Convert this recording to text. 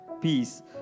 peace